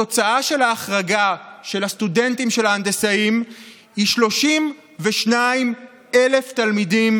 התוצאה של ההחרגה של הסטודנטים של ההנדסאים היא 32,000 תלמידים,